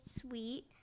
sweet